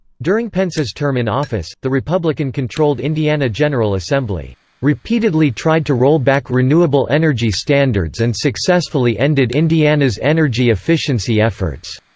during pence's term in office, the republican-controlled indiana general assembly repeatedly tried to roll back renewable energy standards and successfully ended indiana's energy efficiency efforts.